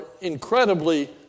incredibly